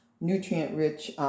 nutrient-rich